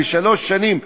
שלוש שנים,